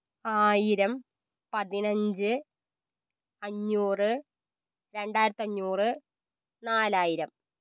ആയിരം പതിനഞ്ച് അഞ്ഞൂറ് രണ്ടായിരത്തഞ്ഞൂറ് നാലായിരം